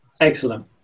Excellent